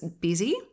busy